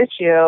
issue